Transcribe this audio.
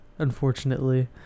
unfortunately